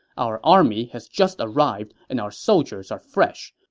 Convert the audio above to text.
our army has just arrived and our soldiers are fresh.